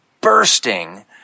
bursting